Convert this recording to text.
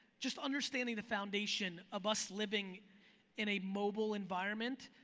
just understanding the foundation of us living in a mobile environment.